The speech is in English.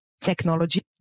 technology